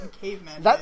cavemen